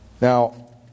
Now